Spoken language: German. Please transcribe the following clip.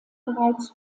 bereits